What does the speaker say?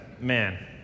Man